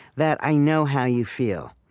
that i know how you feel.